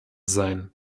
sein